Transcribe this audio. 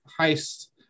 heist